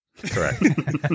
Correct